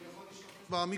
מהמיקרופון?